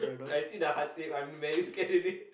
I see the heartshape I'm very scared already